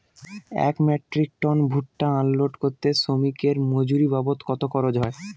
এক metric tonne ভুট্টা unload করতে শ্রমিকের মজুরি বাবদ কত খরচ হয়?